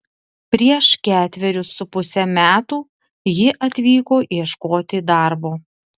prieš ketverius su puse metų ji atvyko ieškoti darbo